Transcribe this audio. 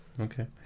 Okay